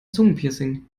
zungenpiercing